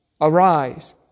Arise